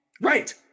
Right